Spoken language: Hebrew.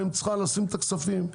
ולשים את הכספים.